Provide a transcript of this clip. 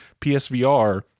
PSVR